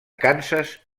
kansas